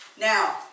Now